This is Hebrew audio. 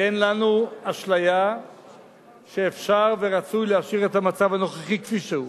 כי אין לנו אשליה שאפשר ורצוי להשאיר את המצב הנוכחי כפי שהוא.